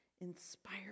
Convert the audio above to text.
inspired